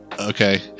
okay